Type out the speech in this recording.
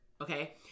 Okay